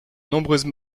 nombreuses